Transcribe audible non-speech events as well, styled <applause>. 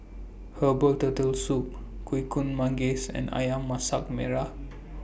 Herbal Turtle Soup Kuih <unintelligible> Manggis and Ayam Masak Merah